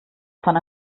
von